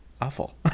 awful